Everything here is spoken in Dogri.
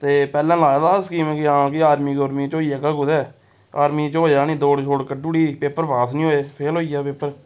ते पैह्ले लाए दा हा स्कीम गी हां कि आर्मी शार्मी च होई जाह्गा कुदै आर्मी च होएआ निं दौड़ शौड़ कड्ढी ओड़ी पेपर पास निं होए फेल होई गेआ पेपर